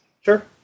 Sure